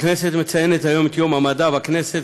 הכנסת מציינת היום את יום המדע בכנסת.